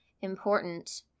important